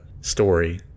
story